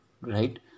right